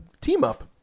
team-up